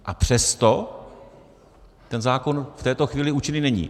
A přesto ten zákon v této chvíli účinný není.